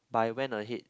but I went ahead